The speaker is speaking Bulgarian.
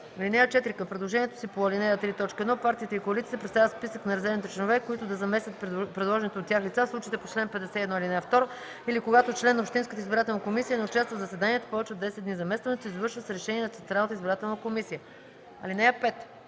(4) Към предложението си по ал. 3, т. 1 партиите и коалициите представят списък на резервните членове, които да заместят предложените от тях лица в случаите по чл. 51, ал. 2 или когато член на общинската избирателна комисия не участва в заседанията й повече от 10 дни. Заместването се извършва с решение на Централната избирателна комисия. (5)